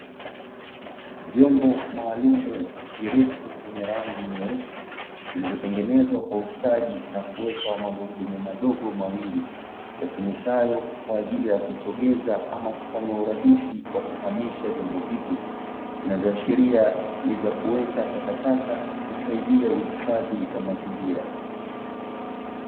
Vyombo maalumu virefu vyenye rangi nyeusi, vilivyotengenezwa kwa ustadi na kuwekwa magurudumu madogo mawili, yatumikayo kwa ajili ya kusogeza ama kufanya urahisi wa kuhamisha vyombo hivyo, vinavyoashiria ni vya kuweka takataka kusaidia uhifadhi wa mazingira.